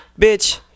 Bitch